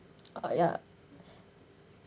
uh ya